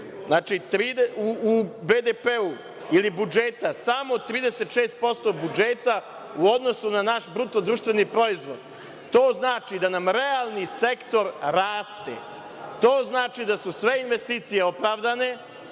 znači, u BDP ili budžeta, samo 36% budžeta u odnosu na naš bruto društveni proizvod. To znači da nam realni sektor raste, to znači da su sve investicije opravdane